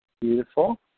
Beautiful